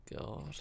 God